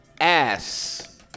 Ass